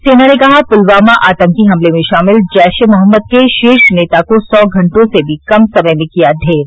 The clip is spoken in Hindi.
सेना ने कहा पुलवामा आतंकी हमले में शामिल जैश ए मोहम्मद के शीर्ष नेता को सौ घंटे से भी कम समय में किया ढेर